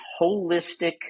holistic